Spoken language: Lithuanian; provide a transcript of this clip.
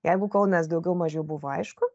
jeigu kaunas daugiau mažiau buvo aišku